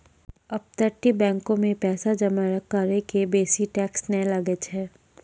अपतटीय बैंको मे पैसा जमा करै के बेसी टैक्स नै लागै छै